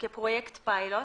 כפרויקט פיילוט